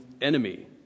enemy